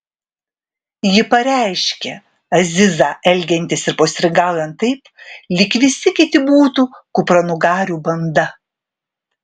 ji pareiškė azizą elgiantis ir postringaujant taip lyg visi kiti būtų kupranugarių banda